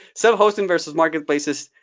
self-hosting versus marketplaces,